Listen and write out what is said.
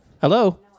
Hello